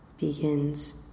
begins